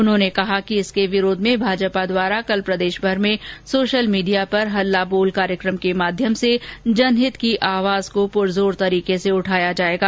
उन्होंने कहा कि इसके विरोध में भाजपा द्वारा कल प्रदेशभर में सोशल मीडिया पर हल्ला बोल कार्यक्रम के माध्यम से जनहित की आवाज़ को पुरज़ोर तरीके से उठाया जाएगा